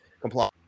comply